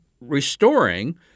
restoring